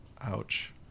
Ouch